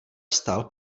vstal